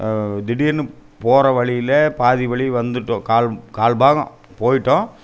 திடீர்னு போகிற வழியில் பாதி வழி வந்துட்டோம் கால் கால் பாகம் போயிட்டோம்